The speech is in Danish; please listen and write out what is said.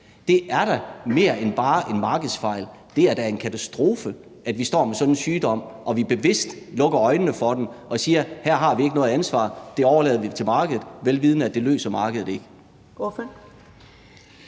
Det er da mere end bare en markedsfejl; det er da en katastrofe, at vi står med sådan en sygdom og vi bevidst lukker øjnene for den og siger: Her har vi ikke noget ansvar – det overlader vi til markedet. Det siger vi, vel vidende at det løser markedet ikke.